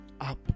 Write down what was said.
up